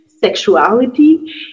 sexuality